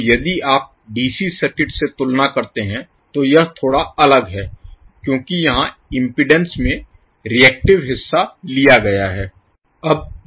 तो यदि आप डीसी सर्किट से तुलना करते हैं तो यह थोड़ा अलग है क्योंकि यहाँ इम्पीडेन्स में रिएक्टिव हिस्सा लिया गया है